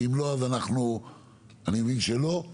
אני מבין שלא,